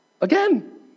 again